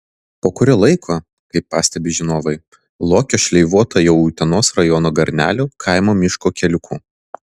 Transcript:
po kurio laiko kaip pastebi žinovai lokio šleivota jau utenos rajono garnelių kaimo miško keliuku